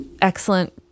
excellent